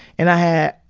and i had,